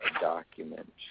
document